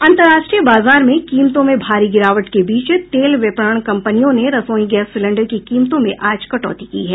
अंतर्राष्ट्रीय बाजार में कीमतों में भारी गिरावट के बीच तेल विपणन कंपनियों ने रसोई गैस सिलिंडर की कीमतों में आज कटौती की है